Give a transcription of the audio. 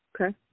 Okay